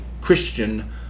Christian